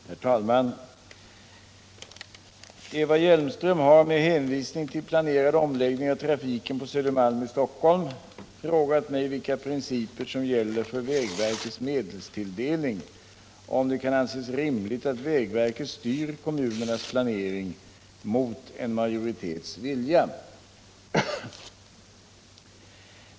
Herr talman! Eva Hjelmström har — med hänvisning till planerad omläggning av trafiken på Södermalm i Stockholm — frågat mig vilka principer som gäller för vägverkets medelstilldelning och om det kan anses rimligt att vägverket styr kommunernas planering mot en majoritets vilja.